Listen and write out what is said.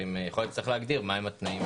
יכול להיות שצריך להגדיר מה הם התנאים.